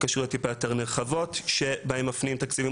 התקשרויות טיפה יותר נרחבות שבהן מפנים תקציבים